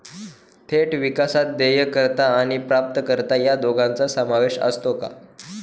थेट विकासात देयकर्ता आणि प्राप्तकर्ता या दोघांचा समावेश असतो का?